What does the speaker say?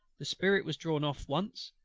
the spirit was drawn off once,